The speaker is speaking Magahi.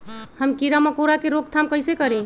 हम किरा मकोरा के रोक थाम कईसे करी?